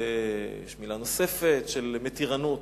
יש מלה נוספת, של מתירנות.